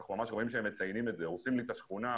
אנחנו רואים שהם ממש מציינים: "הורסים לי את השכונה,